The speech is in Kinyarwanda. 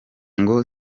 ngo